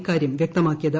ഇക്കാര്യം വ്യക്തമാക്കിയത്